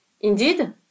Indeed